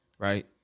Right